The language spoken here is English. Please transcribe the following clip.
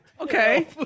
Okay